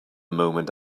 moment